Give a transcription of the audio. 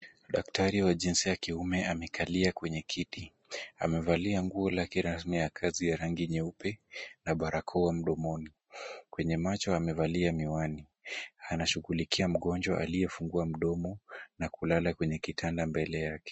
Daktari wa jinsia ya kiume amekalia kwenye kiti, amevalia nguo lake la rangi nyeupe na barakoa mdomoni, kwenye macho amevalia miwani, anashughulikia mgonjwa aliyefungua mdomo na kulala kwenye kitanda mbele yake.